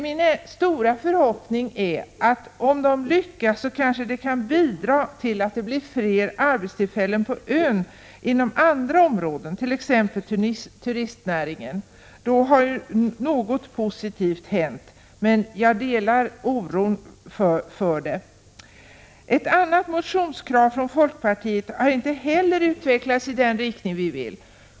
Min stora förhoppning är att om rederiet lyckas kanske det kan bidra till att det inom andra områden blir fler arbetstillfällen på ön, t.ex. inom turistnäringen. Då har något positivt hänt. Men jag delar den oro som visas på denna punkt. Inte heller beträffande ett annat motionskrav från folkpartiet har utvecklingen gått i den riktning vi önskar.